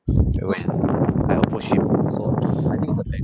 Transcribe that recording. I approach him so I think is a nice